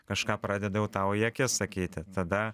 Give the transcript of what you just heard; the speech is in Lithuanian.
kažką pradeda jau tau į akis sakyti tada